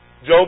Job